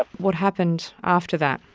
what happened after that?